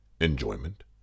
enjoyment